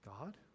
god